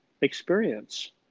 experience